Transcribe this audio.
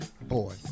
boy